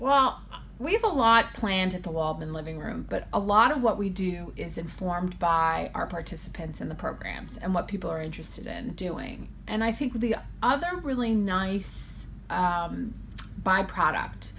well we have a lot planned at the wall the living room but a lot of what we do is informed by our participants in the programs and what people are interested in doing and i think the other really nice byproduct